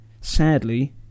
Sadly